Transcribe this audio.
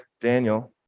Daniel